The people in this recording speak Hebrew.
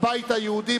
הבית היהודי,